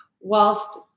whilst